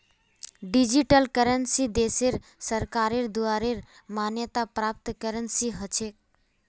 digital currency देशेर सरकारेर द्वारे मान्यता प्राप्त करेंसी ह छेक